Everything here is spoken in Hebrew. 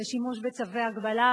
לשימוש בצווי הגבלה,